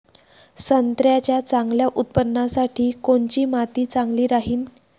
संत्र्याच्या चांगल्या उत्पन्नासाठी कोनची माती चांगली राहिनं?